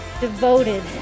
devoted